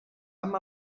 amb